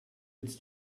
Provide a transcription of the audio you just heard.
its